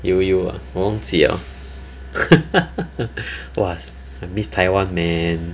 you you orh 忘记了 !wah! I miss taiwan man